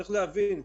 צריך להבין,